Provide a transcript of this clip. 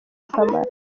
akamaro